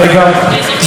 גזענות.